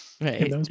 Right